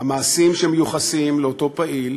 המעשים שמיוחסים לאותו פעיל,